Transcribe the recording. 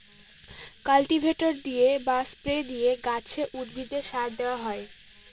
cultivator দিয়ে বা spray দিয়ে গাছে, উদ্ভিদে সার দেওয়া হয়